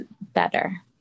better